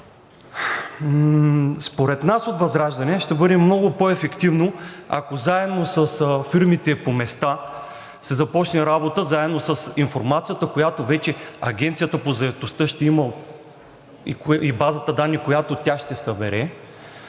Според нас от ВЪЗРАЖДАНЕ ще бъде много по-ефективно, ако заедно с фирмите по места се започне работа заедно с информацията, която вече Агенцията по заетостта ще има и базата данни, която тя ще събере,